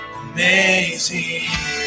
amazing